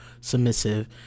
submissive